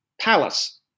palace